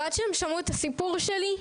ועד שהן שמעו את הסיפור שלי,